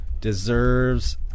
deserves